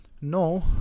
No